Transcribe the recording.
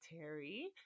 Terry